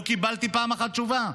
ולא קיבלתי פעם אחת תשובה.